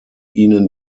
ihnen